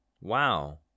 Wow